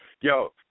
Yo